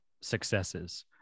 successes